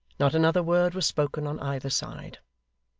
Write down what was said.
not another word was spoken on either side.